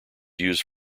used